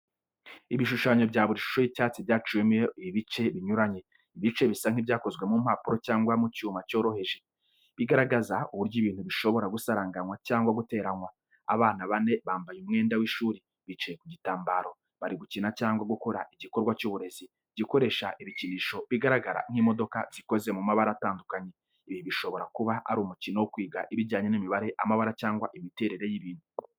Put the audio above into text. Ibishushanyo bya buri shusho y’icyatsi byaciwemo ibice binyuranye. Ibi bice bisa nk’ibyakozwe mu mpapuro cyangwa mu cyuma cyoroheje, bigaragaza uburyo ibintu bishobora gusaranganywa cyangwa guteranywa. Abana bane bambaye umwenda w'ishuri bicaye ku gitambaro, bari gukina cyangwa gukora igikorwa cy’uburezi gikoresha ibikinisho bigaragara nk’imodoka zikoze mu mabara atandukanye. Ibi bishobora kuba ari umukino wo kwiga ibijyanye n’imibare, amabara cyangwa imiterere y'ibintu.